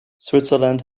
switzerland